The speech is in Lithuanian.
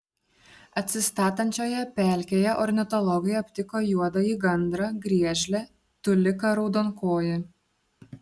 atsistatančioje pelkėje ornitologai aptiko juodąjį gandrą griežlę tuliką raudonkojį